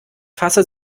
fasse